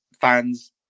fans